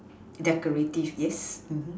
decorative yes